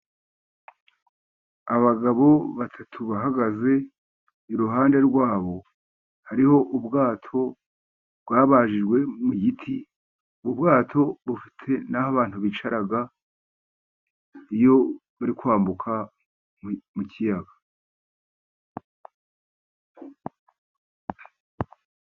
Abagabo batatu bahagaze, iruhande rwabo hariho ubwato bwabajijwe mu giti, ubwato bufite n'aho abantu bicara, iyo bari kwambuka mu kiyaga.